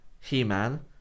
He-Man